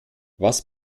was